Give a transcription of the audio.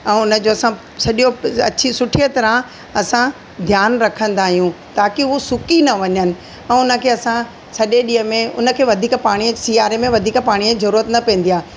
ऐं उन जो असां सॼो अच्छी सुठीअ तरह असां ध्यानु रखंदा आहियूं ताकी हू सुकी न वञनि ऐं उन खे असां सॼे ॾींहं में उन खे वधीक पाणी सियारे में वधीक पाणीअ जी ज़रूरत न पवंदी आहे